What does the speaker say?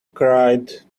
cried